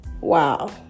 Wow